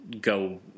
go